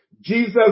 Jesus